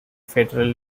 federal